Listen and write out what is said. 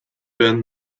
werden